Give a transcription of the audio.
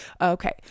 okay